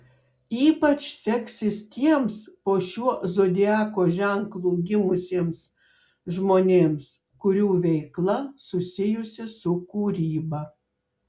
ypač seksis tiems po šiuo zodiako ženklu gimusiems žmonėms kurių veikla susijusi su kūryba